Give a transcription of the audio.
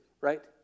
right